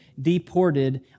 deported